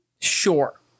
Sure